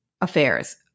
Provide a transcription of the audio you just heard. affairs